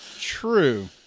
True